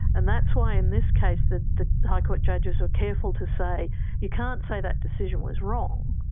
and that's why in this case the the high court judges were careful to say you can't say that decision was wrong,